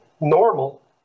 normal